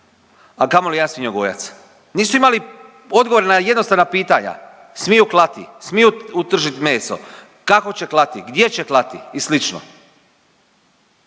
a kamoli jedan svinjogojac. Nisu imali odgovore na jednostavna pitanja, smiju klati, smiju utržit meso, kako će klati, gdje će klati i sl..